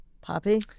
Poppy